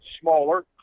smaller